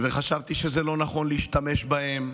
וחשבתי שזה לא נכון להשתמש בהם.